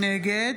נגד